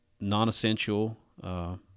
non-essential